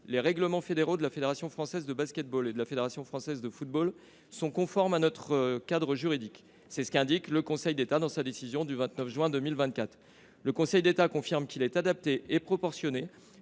les règlements fédéraux de la Fédération française de basket ball et de la Fédération française de football sont conformes à notre cadre juridique. C’est ce qu’a jugé le Conseil d’État dans sa décision du 29 juin 2024, dans laquelle il a confirmé qu’il était adapté et proportionné,